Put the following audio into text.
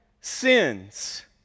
sins